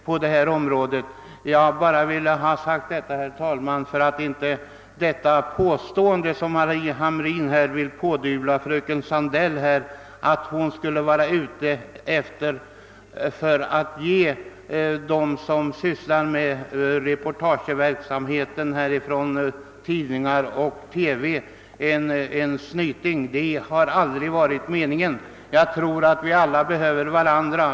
Jag har bara velat ha detta sagt för att inte herr Hamrins påstående skall stå oemotsagt, då han vill pådyvla fröken Sandeil, att hon skulle ha haft för avsikt att ge dem som sysslar med reportageverksamheten härifrån, tidningar och TV, en snyting. Det har aldrig varit meningen. Jag tror att vi alla behöver varandra.